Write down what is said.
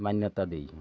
ମାନ୍ୟତା ଦେଇ